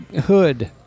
hood